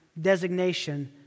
designation